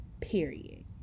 period